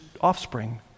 offspring